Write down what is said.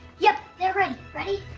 yep, they're ready. ready?